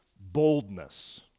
boldness